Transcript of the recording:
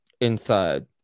Inside